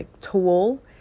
tool